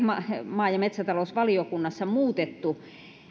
maa ja metsätalousvaliokunnassa muutettu